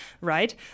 right